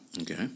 Okay